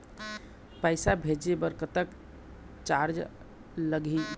पैसा भेजे बर कतक चार्ज लगही?